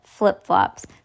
flip-flops